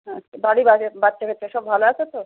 হ্যাঁ আচ্ছা বাড়ি বাচ্চা কাচ্চা সব ভালো আছে তো